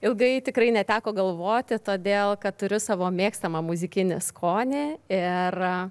ilgai tikrai neteko galvoti todėl kad turiu savo mėgstamą muzikinį skonį ir